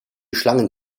schlangen